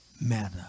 matter